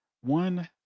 one